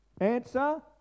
Answer